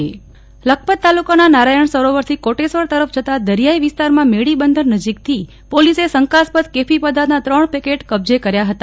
નેહલ ઠક્કર શંકાસ્પદ પેકેટ લખપત તાલુકાના નારાયણ સરોવરથી કોટેશ્વર તરફ જતાં દરિયાઈ વિસ્તારમાં મેડીબંદર નજીકથી પોલીસે શંકાસ્પદ કેફી પદાર્થના ત્રણ પેકેટ કબ્જે કર્યા હતા